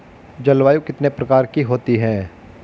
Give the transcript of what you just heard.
जलवायु कितने प्रकार की होती हैं?